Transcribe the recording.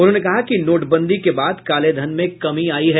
उन्होंने कहा कि नोटबंदी के बाद काले धन में कमी आयी है